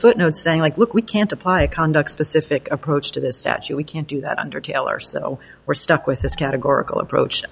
footnote saying like look we can't apply a conduct specific approach to this statute we can't do that under taylor so we're stuck with this categorical approach